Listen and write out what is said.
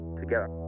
together